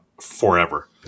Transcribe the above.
forever